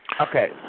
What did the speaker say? Okay